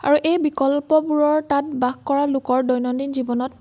আৰু এই বিকল্পবোৰৰ তাত বাস কৰা লোকৰ দৈনন্দিন জীৱনত